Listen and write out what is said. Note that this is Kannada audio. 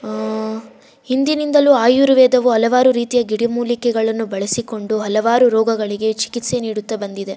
ಹಿಂದಿನಿಂದಲೂ ಆಯುರ್ವೇದವು ಹಲವಾರು ರೀತಿಯ ಗಿಡಮೂಲಿಕೆಗಳನ್ನು ಬಳಸಿಕೊಂಡು ಹಲವಾರು ರೋಗಗಳಿಗೆ ಚಿಕಿತ್ಸೆ ನೀಡುತ್ತಾ ಬಂದಿದೆ